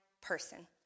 person